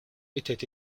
était